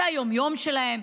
זה היום-יום שלהם,